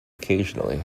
occasionally